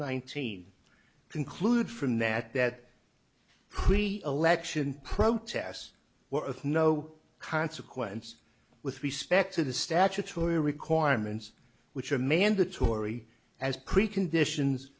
nineteen conclude from that that we election protests were of no consequence with respect to the statutory requirements which are mandatory as preconditions